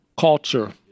culture